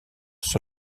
sur